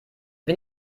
wir